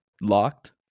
locked